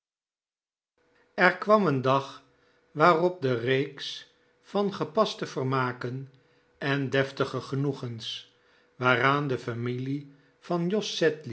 r j cwam een d a g t waarop de reeks van gepaste vermaken en deftige genoegens ep waaraan de familie van